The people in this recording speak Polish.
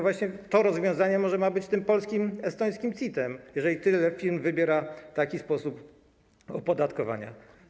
Właśnie to rozwiązanie może być tym polskim estońskim CIT-em, jeżeli tyle firm wybiera taki sposób opodatkowania.